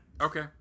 Okay